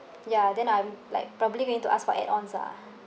ya then I'm like probably going to ask for add-ons ah